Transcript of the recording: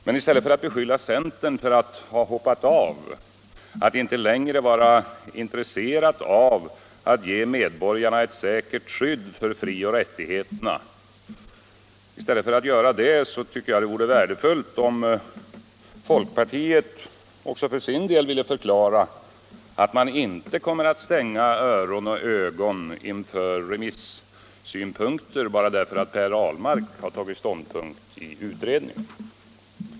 I stället för att beskylla centern för att ha hoppat av, att inte längre vara intresserad av att ge medborgarna ett säkert skydd för frioch rättigheterna, tycker jag det vore värdefullt om folkpartiet också för sin del ville förklara att man inte kommer att stänga öron och ögon inför remissynpunkter bara därför att herr Ahlmark har tagit ståndpunkt i utredningen.